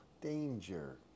danger